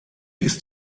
ist